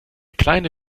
kleine